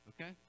Okay